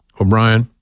O'Brien